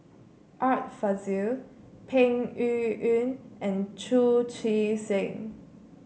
Art Fazil Peng Yuyun and Chu Chee Seng